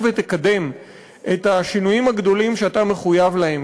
ותקדם את השינויים הגדולים שאתה מחויב להם.